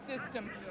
system